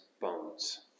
bones